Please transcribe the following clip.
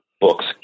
books